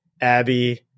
Abby